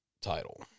title